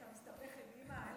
תגיד לי, אתה מסתבך עם אימא?